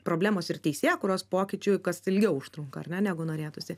problemos ir teisėkūros pokyčių kas ilgiau užtrunka ilgiau negu norėtųsi